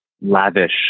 lavish